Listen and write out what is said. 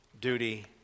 Duty